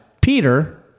Peter